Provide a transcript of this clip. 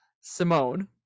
Simone